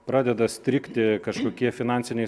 pradeda strigti kažkokie finansiniai